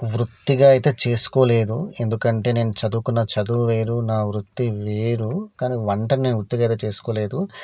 వృత్తిగా అయితే చేసుకోలేదు ఎందుకంటే నేను చదువుకున్న చదువు వేరు నా వృత్తి వేరు కానీ వంట నేను వృత్తిగా అయితే చేసుకోలేదు